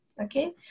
Okay